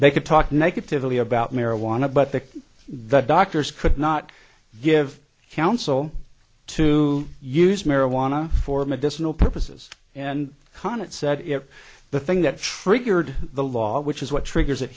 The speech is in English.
they could talk negatively about marijuana but that the doctors could not give counsel to use marijuana for medicinal purposes and konitz said it the thing that triggered the law which is what triggers it